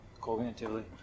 cognitively